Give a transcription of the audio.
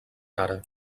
cara